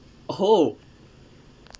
oh